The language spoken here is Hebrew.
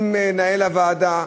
עם מנהל הוועדה,